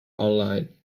online